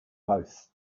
both